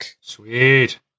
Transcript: Sweet